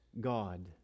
God